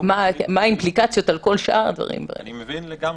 אני מבין לגמרי.